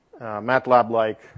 MATLAB-like